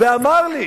ואמר לי: